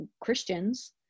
Christians